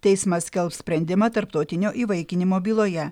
teismas skelbs sprendimą tarptautinio įvaikinimo byloje